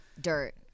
dirt